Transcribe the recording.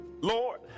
Lord